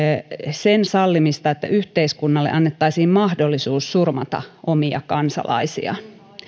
sen sallimista että yhteiskunnalle annettaisiin mahdollisuus surmata omia kansalaisiaan